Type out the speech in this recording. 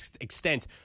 extent